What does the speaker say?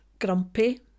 grumpy